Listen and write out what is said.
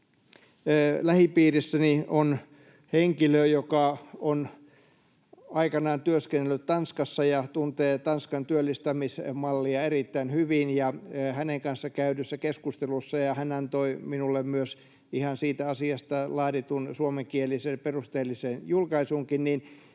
lähipiirissäni on henkilö, joka on aikanaan työskennellyt Tanskassa ja tuntee Tanskan työllistämismallia erittäin hyvin, ja hänen kanssaan käydyn keskustelun mukaan — hän antoi minulle myös ihan siitä asiasta laaditun suomenkielisen perusteellisen julkaisuunkin